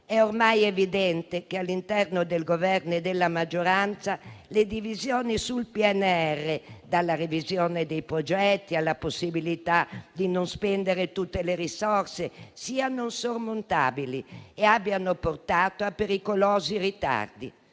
È ormai evidente che, all'interno del Governo e della maggioranza, le divisioni sul PNRR, dalla revisione dei progetti alla possibilità di non spendere tutte le risorse, siano insormontabili e abbiano portato a pericolosi ritardi.